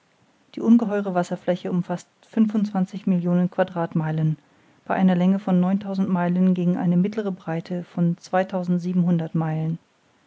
die ungeheure wasserfläche umfaßt fünfundzwanzig millionen quadratmeilen bei einer länge von neuntausend meilen gegen eine mittlere breite von zweitausendsiebenhundert meilen